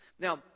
Now